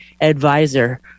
Advisor